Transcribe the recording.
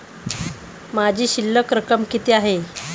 माझी शिल्लक रक्कम किती आहे?